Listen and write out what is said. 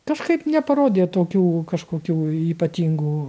kažkaip neparodė tokių kažkokių ypatingų